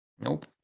Nope